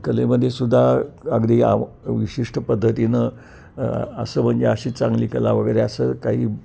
कलेमध्ये सुद्धा अगदी आव विशिष्ट पद्धतीनं असं म्हणजे अशी चांगली कला वगैरे असं काही